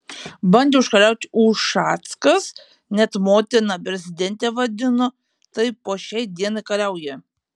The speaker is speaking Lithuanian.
bandė užkariauti ušackas net motina prezidentę vadino tai po šiai dienai kariauja